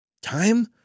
Time